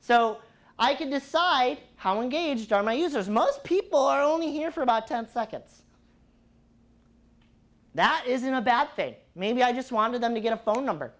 so i can decide how engaged are my users most people are only here for about ten seconds that isn't a bad thing maybe i just wanted them to get a phone number